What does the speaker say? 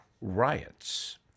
riots